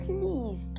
Please